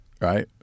right